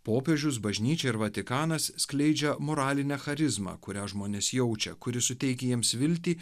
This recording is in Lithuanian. popiežius bažnyčia ir vatikanas skleidžia moralinę charizmą kurią žmonės jaučia kuri suteikia jiems viltį